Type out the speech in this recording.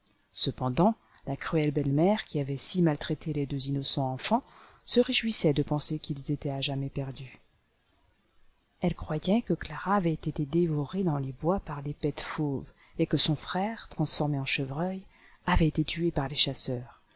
cependant la cruelle belle-mère qui avait si maltraité les deux innocents enfants se réjouissait de penser qu'ils étaient à jamais perdus elle croyait que clara avait été dévorée dans les bois par les bètes fauves et que son frère transformé en chevreuil avait été tué par les chasseurs